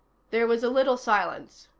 there was a little silence.